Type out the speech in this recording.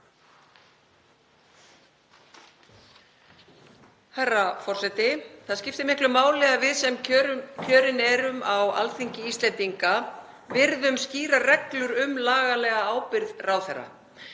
Herra forseti. Það skiptir miklu máli að við sem kjörin erum á Alþingi Íslendinga virðum skýrar reglur um lagalega ábyrgð ráðherra.